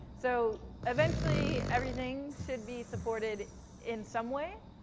so eventually, everything should be supported in some way,